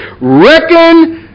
Reckon